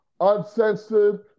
Uncensored